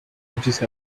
images